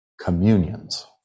Communions